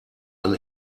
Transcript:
ein